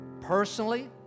personally